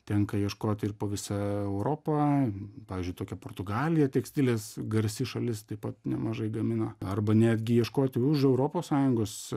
tenka ieškoti ir po visą europą pavyzdžiui tokia portugalija tekstilės garsi šalis taip pat nemažai gamina arba netgi ieškoti už europos sąjungos